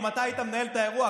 אם אתה היית מנהל את האירוע,